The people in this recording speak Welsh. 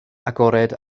agored